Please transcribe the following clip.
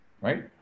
right